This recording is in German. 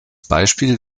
beispiel